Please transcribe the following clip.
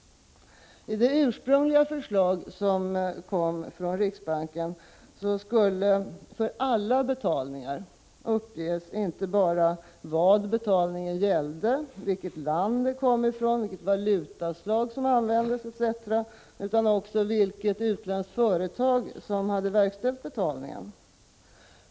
I det ursprungliga förslaget från riksbanken skulle för alla betalningar uppges inte bara vad betalningen gällde, vilket land den kom ifrån, vilket valutaslag som användes etc. utan också vilket utländskt företag som hade verkställt betalningen.